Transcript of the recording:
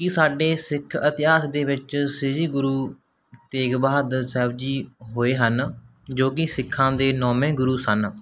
ਕਿ ਸਾਡੇ ਸਿੱਖ ਇਤਿਹਾਸ ਦੇ ਵਿੱਚ ਸ਼੍ਰੀ ਗੁਰੂ ਤੇਗ ਬਹਾਦਰ ਸਾਹਿਬ ਜੀ ਹੋਏ ਹਨ ਜੋ ਕਿ ਸਿੱਖਾਂ ਦੇ ਨੌਵੇਂ ਗੁਰੂ ਸਨ